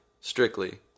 Strictly